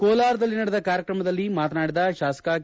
ಕೋಲಾರದಲ್ಲಿ ನಡೆದ ಕಾರ್ಯಕ್ರಮದಲ್ಲಿ ಮಾತನಾಡಿದ ಶಾಸಕ ಕೆ